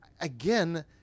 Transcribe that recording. again